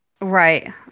Right